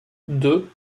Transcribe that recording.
deux